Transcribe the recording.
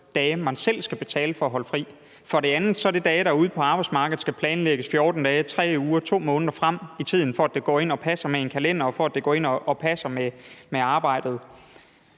dage, man selv skal betale for for at holde fri. For det andet er det dage, der ude på arbejdsmarkedet skal planlægges 14 dage, 3 uger, 2 måneder frem i tiden, for at det går ind og passer med en kalender, og for at det går ind og passer med arbejdet.